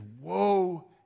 woe